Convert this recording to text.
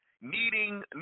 needing